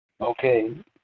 okay